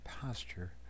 pasture